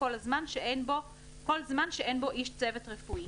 כל זמן שאין בו איש צוות רפואי,